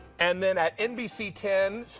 and then at nbc ten,